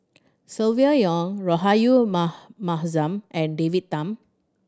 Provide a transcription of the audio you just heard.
Silvia Yong Rahayu Ma Mahzam and David Tham